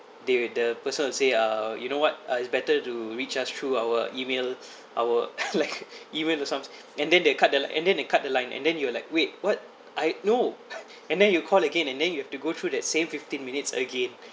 they the person will say uh you know what uh it's better to recharge through our email our like email or some and then they cut the and then they cut the line and then you are like wait what I no and then you call again and then you have to go through that same fifteen minutes again